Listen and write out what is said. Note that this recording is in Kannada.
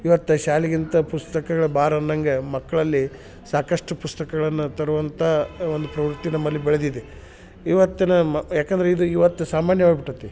ಇವತ್ತು ಶಾಲೆಗಿಂತ ಪುಸ್ತಕಗಳ ಭಾರ ಅನ್ನಂಗೆ ಮಕ್ಕಳಲ್ಲಿ ಸಾಕಷ್ಟು ಪುಸ್ತಕಗಳನ್ನ ತರುವಂಥ ಒಂದು ಪ್ರವೃತ್ತಿ ನಮ್ಮಲ್ಲಿ ಬೆಳ್ದಿದೆ ಇವತ್ತಿನ ಮ ಯಾಕಂದರೆ ಇದು ಇವತ್ತು ಸಾಮಾನ್ಯವಾಗಿ ಬಿಟ್ಟತಿ